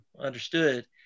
understood